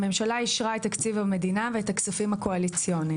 הממשלה אישרה את תקציב המדינה ואת הכספים הקואליציוניים.